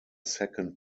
second